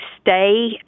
stay